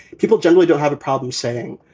people generally don't have a problem saying,